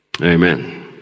Amen